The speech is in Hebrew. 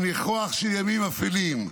עם ניחוח של ימים אפלים.